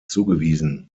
zugewiesen